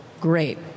Great